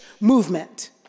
movement